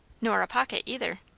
nor a pocket either.